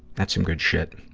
that's some good shit